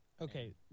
Okay